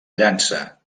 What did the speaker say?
llança